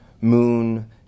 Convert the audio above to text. Moon